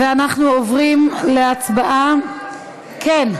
אנחנו עוברים להצבעה, כן?